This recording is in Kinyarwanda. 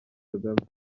kagame